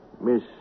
Miss